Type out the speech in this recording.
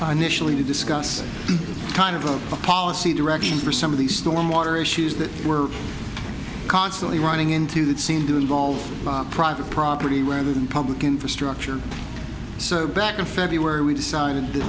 nationally to discuss kind of a policy direction for some of the storm water issues that we're constantly running into that seem to involve private property rather than public infrastructure so back in february we decided that